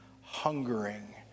hungering